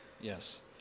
Yes